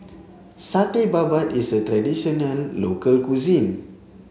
Satay Babat is a traditional local cuisine